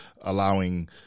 allowing